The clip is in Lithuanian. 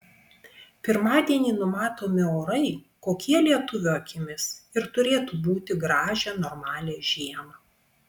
pirmadienį numatomi orai kokie lietuvio akimis ir turėtų būti gražią normalią žiemą